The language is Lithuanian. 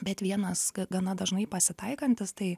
bet vienas gana dažnai pasitaikantis tai